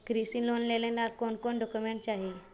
कृषि लोन लेने ला कोन कोन डोकोमेंट चाही?